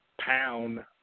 pound